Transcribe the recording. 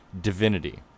divinity